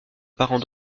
parents